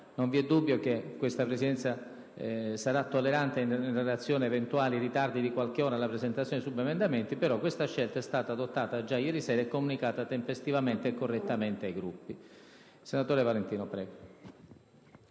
Non v'è dubbio che questa Presidenza sarà tollerante in relazione ad eventuali ritardi di qualche ora nella presentazione di subemendamenti, però questa scelta è stata adottata già ieri sera e comunicata tempestivamente e correttamente ai Gruppi.